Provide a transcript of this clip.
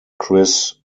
chris